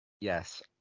Yes